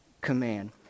command